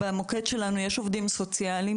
במוקד שלנו יש עובדים סוציאליים,